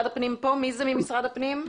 מי ממשרד הפנים?